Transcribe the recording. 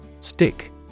Stick